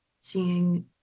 seeing